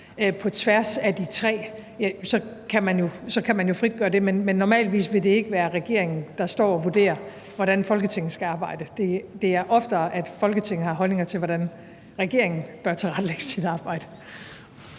på tværs af de tre, så kan man jo frit gøre det, men normalvis vil det ikke være regeringen, der vurderer, hvordan Folketinget skal arbejde; det er oftere Folketinget, der har holdninger til, hvordan regeringen bør tilrettelægge sit arbejde.